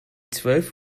zwölf